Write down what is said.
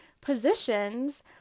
positions